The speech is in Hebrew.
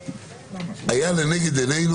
היה לנגד עינינו,